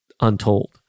Untold